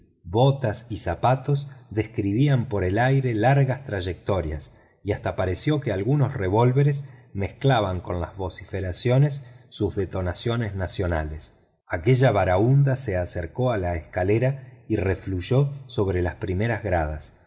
botas y zapatos describían por el aire largas trayectorias y hasta pareció que algunos revólveres mezclaban con las vociferaciones sus detonaciones nacionales aquella barahúnda se acercó a la escalera y afluyó sobre las primeras gradas